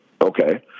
okay